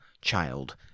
child